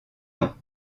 ans